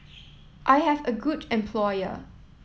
I have a good employer